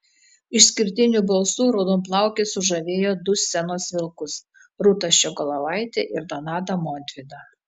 išskirtiniu balsu raudonplaukė sužavėjo du scenos vilkus rūtą ščiogolevaitę ir donatą montvydą